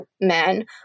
men